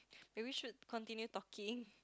then we should continue talking